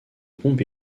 pompe